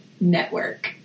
network